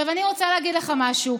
עכשיו אני רוצה להגיד לך משהו: